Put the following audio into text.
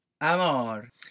amor